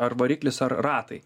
ar variklis ar ratai